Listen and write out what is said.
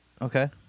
Okay